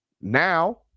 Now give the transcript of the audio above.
Now